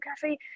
cafe